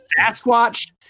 Sasquatch